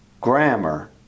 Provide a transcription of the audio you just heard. Grammar